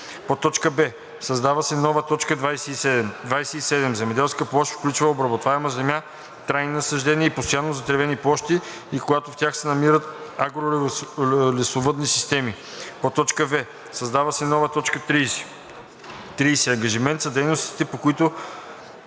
б) създава се нова т. 27: „27. „Земеделска площ“ включва обработваема земя, трайни насаждения и постоянно затревени площи и когато в тях се намират агро-лесовъдни системи.“; в) създава се нова т. 30: „30. „Ангажименти“ са дейностите, които